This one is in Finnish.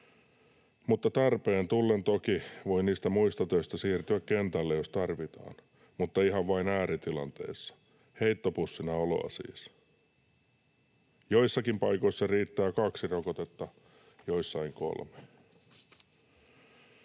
Mutta tarpeen tullen toki voi niistä muista töistä siirtyä kentälle, jos tarvitaan, mutta ihan vain ääritilanteessa. Heittopussina oloa siis. Joissakin paikoissa riittää kaksi rokotetta, joissain kolme.”